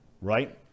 right